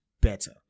better